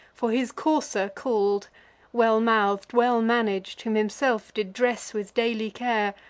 for his courser call'd well-mouth'd, well-manag'd, whom himself did dress with daily care,